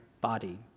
body